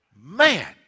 Man